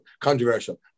controversial